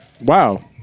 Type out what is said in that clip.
Wow